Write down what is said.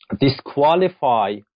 disqualify